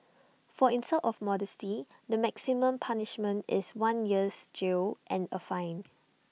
for insult of modesty the maximum punishment is one year's jail and A fine